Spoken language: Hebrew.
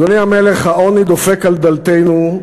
אדוני המלך, העוני דופק על דלתנו,